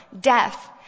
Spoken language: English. death